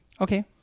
Okay